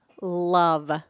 love